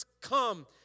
come